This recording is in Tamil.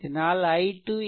எனவே v0 4 i2 i1 5 ampere